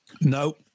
no